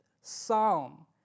psalm